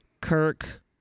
Kirk